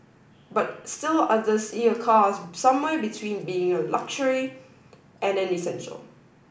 but still others see a car as somewhere between being a luxury and an essential